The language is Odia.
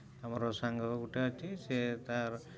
ଆମର ସାଙ୍ଗ ଗୋଟେ ଅଛି ସେ ତା'ର